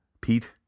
Pete